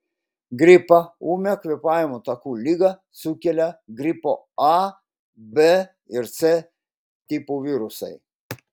gripą ūmią kvėpavimo takų ligą sukelia gripo a b ir c tipų virusai